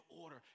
order